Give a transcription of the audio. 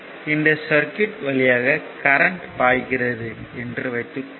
இந்த சர்க்யூட் வழியாக கரண்ட் பாய்கிறது என்று வைத்துக்கொள்வோம்